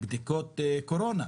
בדיקות קורונה,